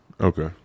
Okay